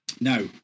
now